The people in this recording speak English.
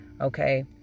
okay